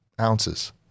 ounces